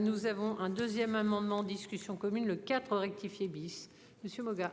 Nous avons un 2ème amendement discussion commune le 4 rectifié bis monsieur Moga.